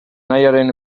anaiaren